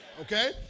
Okay